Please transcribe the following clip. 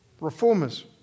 reformers